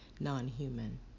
non-human